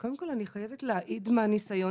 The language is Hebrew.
קודם כל הוא צריך אהבה כדי שהוא יוכל להתפנות